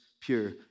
pure